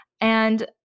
And-